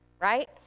right